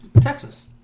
Texas